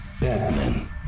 Batman